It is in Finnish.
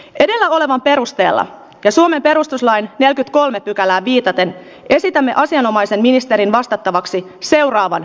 elia perusteella ja suomen perustuslain jälki kolme pykälään viitaten esitämme asianomaisen ministerin vastattavaksi seuraavan